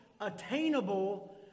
Attainable